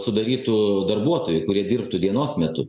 sudarytų darbuotojai kurie dirbtų dienos metu